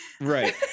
Right